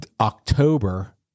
October